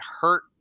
hurt